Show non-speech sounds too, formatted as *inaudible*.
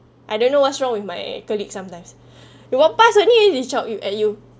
I don't know what's wrong with my colleague sometimes *breath* you walk pass only they shouting at you